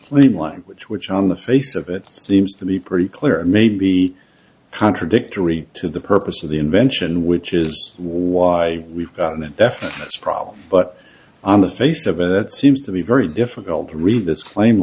one which which on the face of it seems to be pretty clear and maybe contradictory to the purpose of the invention which is why we've gotten a definite problem but on the face of it it seems to be very difficult to read this fla